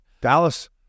Dallas